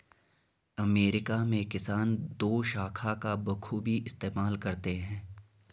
America में किसान दोशाखा का बखूबी इस्तेमाल करते हैं